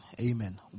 Amen